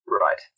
Right